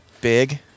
Big